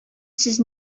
сез